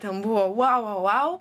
ten buvo vau vau vau